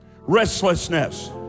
Restlessness